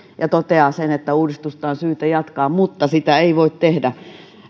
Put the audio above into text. ja toteaa sen että uudistusta on syytä jatkaa mutta sitä ei voi tehdä